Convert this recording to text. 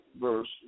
verse